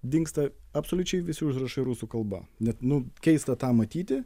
dingsta absoliučiai visi užrašai rusų kalba net nu keista tą matyti